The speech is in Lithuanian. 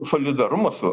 solidarumą su